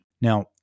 now